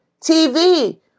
TV